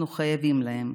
אנחנו חייבים להם.